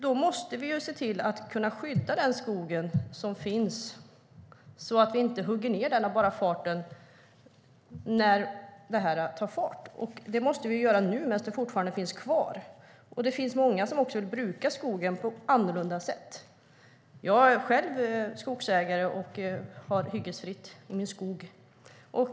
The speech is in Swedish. Vi måste se till att kunna skydda den skog som finns så att vi inte hugger ned den av bara farten när utvecklingen tar fart. Det måste vi göra nu medan den fortfarande finns kvar. Det finns många som vill bruka skogen på annorlunda sätt. Jag är själv skogsägare och har hyggesfritt i min skog.